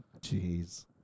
Jeez